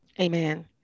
Amen